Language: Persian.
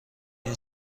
این